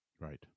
Right